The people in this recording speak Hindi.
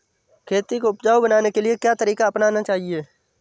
खेती को उपजाऊ बनाने के लिए क्या तरीका अपनाना चाहिए?